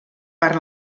per